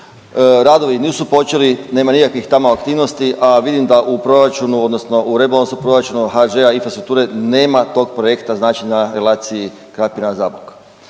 Radovi nisu počeli, nema nikakvih tamo aktivnosti, a vidim da u proračunu odnosno u rebalansu proračuna HŽ Infrastrukture nema tog projekta znači na relaciji Krapina – Zabok.